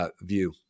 view